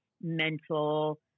mental